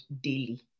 daily